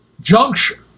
juncture